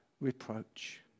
reproach